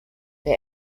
der